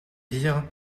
dire